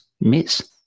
miss